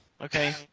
Okay